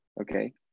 okay